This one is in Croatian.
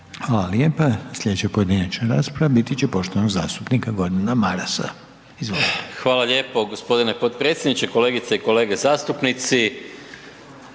hvala lijepa. Slijedeća pojedinačna rasprava biti će poštovanog zastupnika Gordana Marasa. Izvolite. **Maras, Gordan (SDP)** Hvala lijepo gospodine potpredsjedniče. Kolegice i kolege zastupnici,